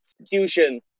execution